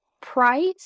price